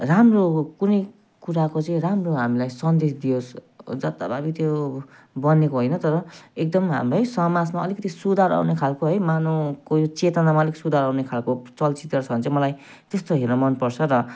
राम्रो कुनै कुराको चाहिँ राम्रो हामीलाई सन्देश दियोस् जताभावी त्यो बनेको होइन तर एकदम हामीलाई समाजमा अलिकति सुधार आउने खालको है मानवको यो चेतनामा अलिक सुधार आउने खालको चलचित्र छ भने चाहिँ मलाई त्यस्तो हेर्न मनपर्छ र